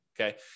okay